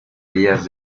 días